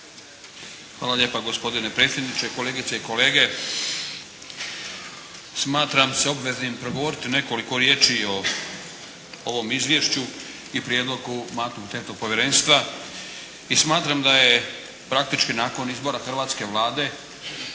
Hvala lijepo gospodine predsjedniče, kolegice i kolege. Smatram se obveznim progovoriti nekoliko riječi o ovom izvješću i prijedlogu Mandatno-imunitetnog povjerenstva. I smatram da je praktički nakon izbora hrvatske Vlade